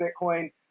bitcoin